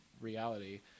reality